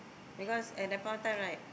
because at that point of time right